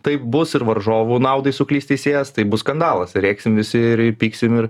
taip bus ir varžovų naudai suklys teisėjas tai bus skandalas tai rėksim visi ir pyksim ir